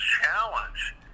challenge